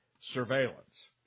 surveillance